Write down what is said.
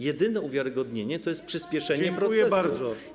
Jedyne uwiarygodnienie to jest przyspieszenie procesu.